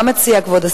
מה מציע כבוד השר?